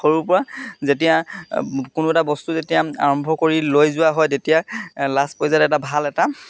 সৰুৰ পৰা যেতিয়া কোনো এটা বস্তু যেতিয়া আৰম্ভ কৰি লৈ যোৱা হয় তেতিয়া লাষ্ট পৰ্যায়ত এটা ভাল এটা